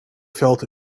felt